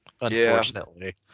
unfortunately